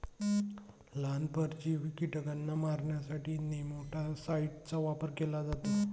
लहान, परजीवी कीटकांना मारण्यासाठी नेमॅटिकाइड्सचा वापर केला जातो